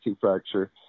fracture